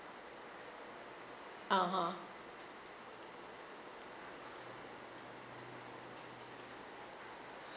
(uh huh)